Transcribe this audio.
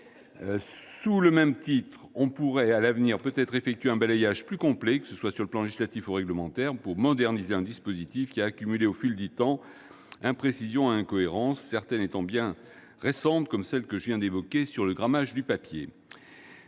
Sous le même titre, on pourrait peut-être à l'avenir effectuer un balayage plus complet, que ce soit sur le plan législatif ou réglementaire, pour moderniser un dispositif ayant accumulé au fil du temps imprécisions et incohérences, certaines étant bien récentes, comme celle que je viens d'évoquer sur le grammage du papier.